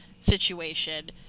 situation